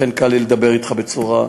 לכן קל לי לדבר אתך בצורה,